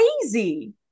crazy